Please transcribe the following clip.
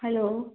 hello